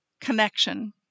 connection